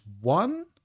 one